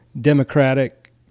Democratic